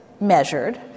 measured